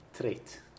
trait